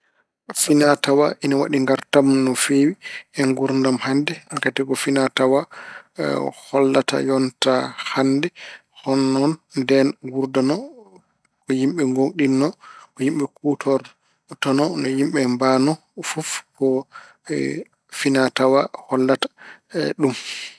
Finaatawaa ine waɗi ngaartam no feewi e nguurdam hannde. Ngati ko finaatawaa hollata yonta hannde hol noon ndeen wuurdano, ko yimɓe goongɗinno, ko yimɓe kuutortono, no yimɓe mbayno, fof ko finaatawaa hollata ɗum.